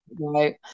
Right